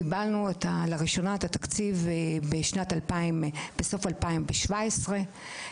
קיבלנו לראשונה את התקציב בסוף 2017,